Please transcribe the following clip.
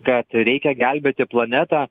kad reikia gelbėti planetą